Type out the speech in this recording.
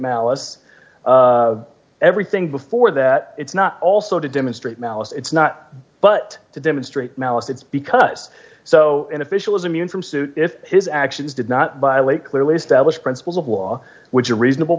malice everything before that it's not also to demonstrate malice it's not but to demonstrate malice it's because so an official is immune from suit if his actions did not violate clearly established principles of law which a reasonable